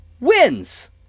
wins